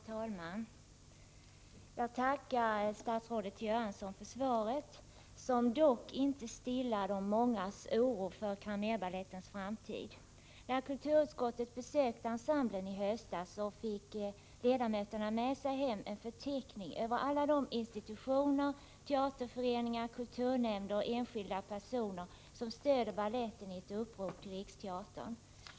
Herr talman! Jag tackar statsrådet Göransson för svaret, som dock inte stillar de mångas oro för Cramérbalettens framtid. När kulturutskottet besökte ensemblen i höstas fick ledamöterna med sig hem en förteckning över alla de institutioner, teaterföreningar, kulturnämnder och enskilda personer som stöder baletten i ett upprop till Riksteatern.